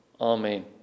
Amen